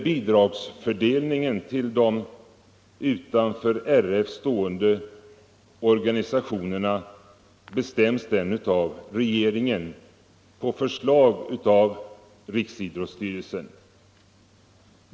Bidragsfördelningen till de utanför RF stående organisationerna bestäms av regeringen på förslag av Riksidrottsstyrelsen.